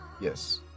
yes